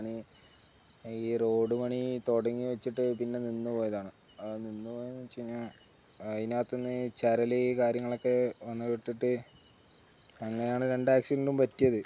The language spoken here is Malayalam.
അ ഈ റോഡ് പണി തുടങ്ങിവച്ചിട്ട് പിന്നെ നിന്നുപോയതാണ് അത് നിന്നുപോയെന്നുവച്ചു കഴിഞ്ഞാള് അയിനകത്തുനിന്നു ചരല് കാര്യങ്ങളൊക്കെ വന്നുപെട്ടിട്ട് അങ്ങനെയാണ് രണ്ട് ആക്സിഡന്റും പറ്റിയത്